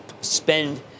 spend